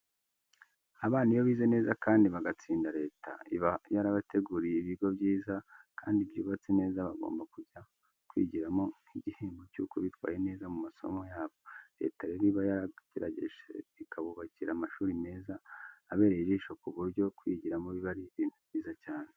Abana iyo bize neza kandi bagatsinda Leta iba yarabateguriye ibigo byiza, kandi byubatse neza bagomba kuzajya kwigiramo nk'igihembo cyuko bitwaye neza mu masomo yabo. Leta rero iba yaragerageje ikabubakira amashuri meza abereye ijisho ku buryo kuyigiramo biba ari ibintu byiza cyane.